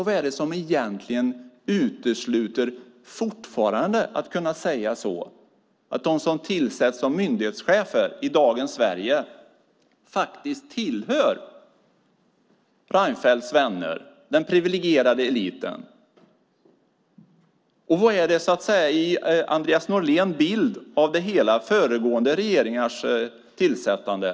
Vad är det som utesluter att man kan säga att de som tillsätts som myndighetschefer i dagens Sverige tillhör Reinfeldts vänner, den privilegierade eliten? Andreas Norlén gav en bild av föregående regeringars tillsättningar.